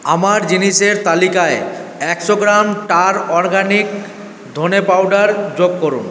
আমার জিনিসের তালিকায় একশো গ্রাম টার অরগ্যানিক ধনে পাউডার যোগ করুন